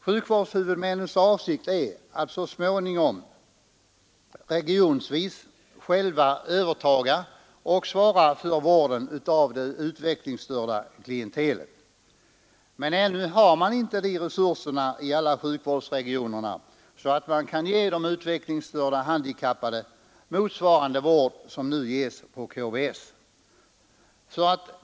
Sjukvårdshuvudmännens avsikt är att så småningom regionvis själva övertaga och svara för vården av det utvecklingsstörda klientelet. Men ännu har man inte sådana resurser i alla sjukvårdsregioner att man kan ge de utvecklingsstörda handikappade en vård motsvarande den som nu ges på KVS.